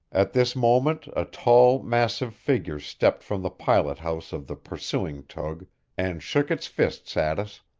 at this moment a tall, massive figure stepped from the pilot-house of the pursuing tug and shook its fists at us.